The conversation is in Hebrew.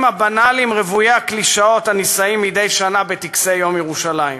הבנאליים רוויי הקלישאות הנישאים מדי שנה בטקסי יום ירושלים?